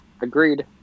Agreed